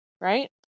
Right